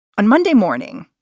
and monday morning,